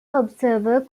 observer